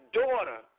daughter